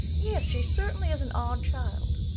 yes, she certainly is an odd child,